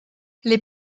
les